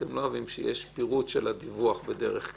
אתם לא אוהבים שיש פירוט של הדיווח בדרך כלל.